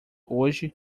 hoje